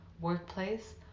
workplace